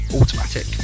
automatic